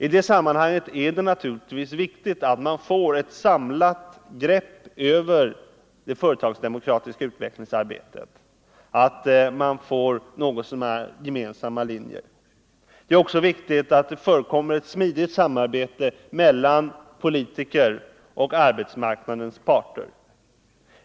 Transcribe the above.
I det sammanhanget är det naturligtvis viktigt att man får ett samlat grepp över det företagsdemokratiska utvecklingsarbetet och något så när gemensamma linjer. Det är också viktigt att det förekommer ett smidigt samarbete mellan politiker och arbetsmarknadens parter.